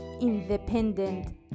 independent